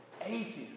atheist